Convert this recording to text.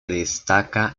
destaca